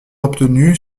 obtenues